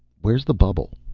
where's the bubble?